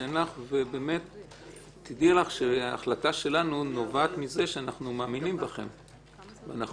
תדעי לך שההחלטה שלנו נובעת מזה שאנחנו מאמינים בכם ואנחנו